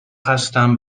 هستم